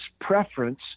preference